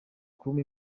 kuma